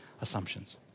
assumptions